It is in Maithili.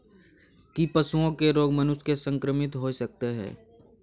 की पशुओं के रोग मनुष्य के संक्रमित होय सकते है?